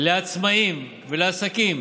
לעצמאים ולעסקים,